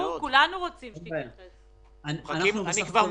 אנחנו דיברנו